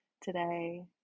today